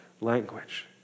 language